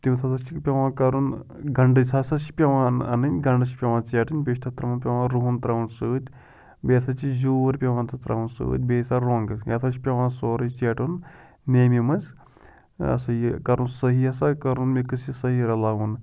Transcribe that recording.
تٔمِس ہَسا چھِ پٮ۪وان کَرُن گَنٛڈٕ ہَسا چھِ پٮ۪وان اَنُہ اَنٕنۍ گَنٛڈٕ چھِ پٮ۪وان ژیٹٕنۍ بیٚیہِ چھِ تَتھ ترٛاوُن پٮ۪وان روٚہَن ترٛاوُن سۭتۍ بیٚیہِ ہَسا چھِ زیوٗر پٮ۪وان تَتھ ترٛاوُن سۭتۍ بیٚیہِ سا روٚنٛگ یہِ ہَسا چھِ پٮ۪وان سورُے ژیٹُن نیمہِ منٛز یہِ ہَسا یہِ کَرُن صحیح ہَسا کَرُن مِکٕس یہِ صحیح رَلاوُن